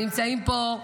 נמצאים פה,